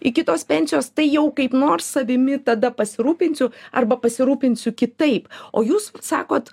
iki tos pensijos tai jau kaip nors savimi tada pasirūpinsiu arba pasirūpinsiu kitaip o jūs sakot